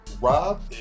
Rob